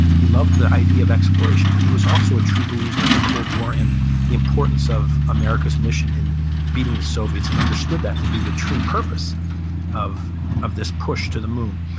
he loved the idea of exploration, but he was also a true believer in the cold war and the importance of america's mission in beating the soviets and understood that to be the true purpose of of this push to the moon.